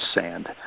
sand